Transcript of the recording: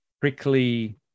prickly